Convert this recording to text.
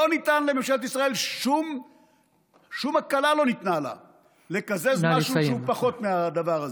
לא ניתנה לממשלת ישראל שום הקלה לקזז משהו שהוא פחות מהדבר הזה.